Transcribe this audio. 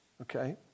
okay